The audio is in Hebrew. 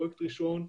פרויקט ראשון,